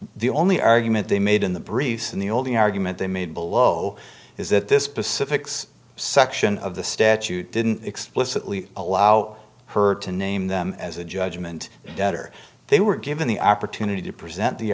the only argument they made in the briefs and the only argument they made below is that this specifics section of the statute didn't explicitly allow her to name them as a judgment debtor they were given the opportunity to present the